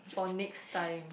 for next time